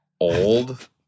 old